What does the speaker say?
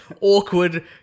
awkward